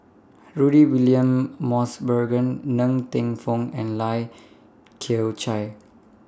Rudy William Mosbergen Ng Teng Fong and Lai Kew Chai